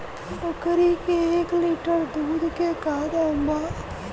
बकरी के एक लीटर दूध के का दाम बा?